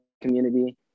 community